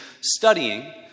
studying